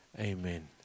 Amen